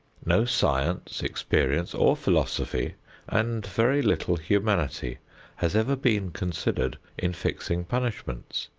no science, experience, or philosophy and very little humanity has ever been considered in fixing punishments.